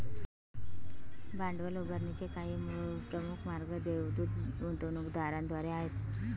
भांडवल उभारणीचे काही प्रमुख मार्ग देवदूत गुंतवणूकदारांद्वारे आहेत